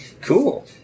Cool